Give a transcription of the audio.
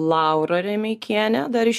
laura remeikienė dar iš